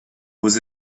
aux